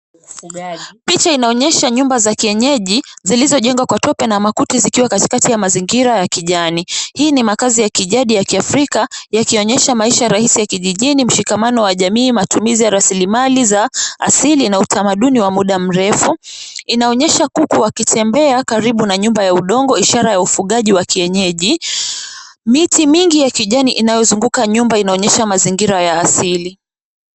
Picha inaonyesha nyumba za kienyeji zilizojengwa kwa tope na makuti zikiwa katikati ya mazingira ya kijani. Hii ni makazi ya kijadi ya kiafrika yakionyesha maisha rahisi ya kijijini, mshikamano wa jamii, matumizi ya raslimali za asili na utamaduni wa muda murefu. Inaonyesha kuku wakitembea karibu na nyumba ya udongo ikiwa ni ishara ya ufugaji wa kienyeji. Miti mingi ya kijani inayozunguka nyumba inaonyesha mazingira ya asili.